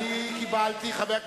כי מי יודע מה יהיה פה